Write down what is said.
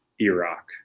iraq